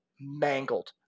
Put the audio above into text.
mangled